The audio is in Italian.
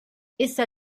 essa